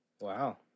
Wow